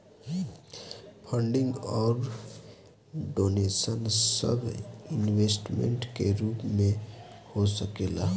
funding अउर donation सब investment के रूप में हो सकेला